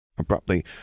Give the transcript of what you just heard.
Abruptly